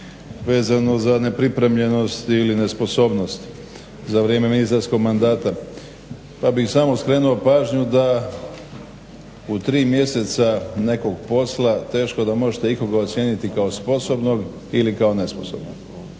vezano za nepripremljenost ili nesposobnost za vrijeme ministarskog mandata, pa bih samo skrenuo pažnju da u tri mjeseca nekog posla teško da možete ikoga ocijeniti kao sposobnog ili kao nesposobnog.